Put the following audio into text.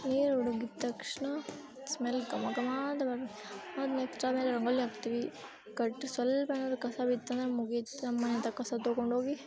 ನೀರು ಉಡ್ಗಿದ ತಕ್ಷಣ ಸ್ಮೆಲ್ ಘಮ ಘಮ ಅಂತ ಅದು ನೆಕ್ಸ್ಟ್ ಆಮೇಲೆ ರಂಗೋಲಿ ಹಾಕ್ತೀವಿ ಕಟ್ಟು ಸ್ವಲ್ಪ ಏನಾದ್ರೂ ಕಸ ಬಿತ್ತಂದ್ರೆ ಮುಗೀತು ನಮ್ಮ ಮನೆಯಿಂದ ಕಸ ತೊಗೊಂಡೋಗಿ